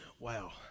Wow